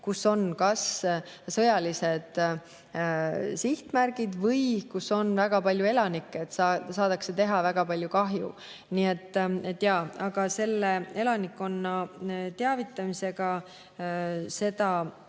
kus on kas sõjalised sihtmärgid või kus on väga palju elanikke ja saab teha väga palju kahju. Aga elanikkonna teavitamisega töötame